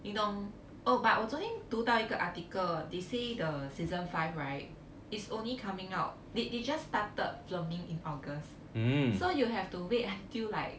你懂 oh but 我昨天读到一个 article they say the season five right is only coming out they they just started filming in august so you have to wait until like